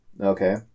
Okay